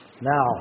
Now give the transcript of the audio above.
now